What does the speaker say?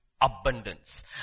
abundance